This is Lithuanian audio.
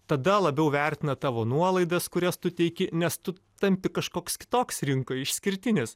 tada labiau vertina tavo nuolaidas kurias tu teiki nes tu tampi kažkoks kitoks rinkoj išskirtinis